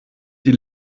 die